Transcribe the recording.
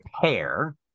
pair